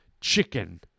chicken